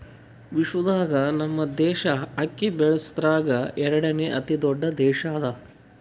ವಿಶ್ವದಾಗ್ ನಮ್ ದೇಶ ಅಕ್ಕಿ ಬೆಳಸದ್ರಾಗ್ ಎರಡನೇ ದೊಡ್ಡ ದೇಶ ಅದಾ